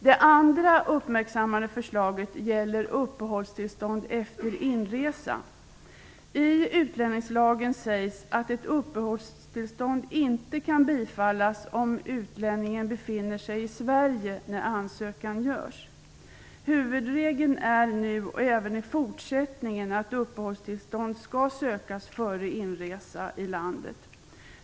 Det andra uppmärksammade förslaget gäller uppehållstillstånd efter inresa. I utlänningslagen sägs det att ett uppehållstillstånd inte kan bifallas om utlänningen befinner sig i Sverige när ansökan görs. Huvudregeln är nu och skall även i fortsättningen vara att uppehållstillstånd skall sökas före inresa i landet.